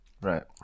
Right